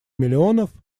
миллионов